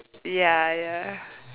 ya ya